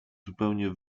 zupełnie